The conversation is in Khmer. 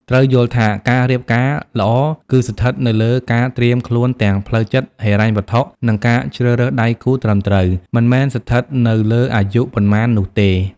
ត្រូវយល់ថា ការរៀបការល្អ គឺស្ថិតនៅលើការត្រៀមខ្លួនទាំងផ្លូវចិត្ត ហិរញ្ញវត្ថុ និងការជ្រើសរើសដៃគូត្រឹមត្រូវ មិនមែនស្ថិតនៅលើអាយុប៉ុន្មាននោះទេ ។